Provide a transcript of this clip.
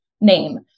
name